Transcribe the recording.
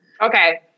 Okay